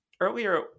Earlier